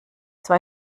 zwei